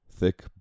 Thick